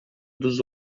dos